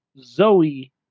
Zoe